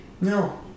No